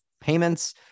payments